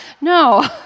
No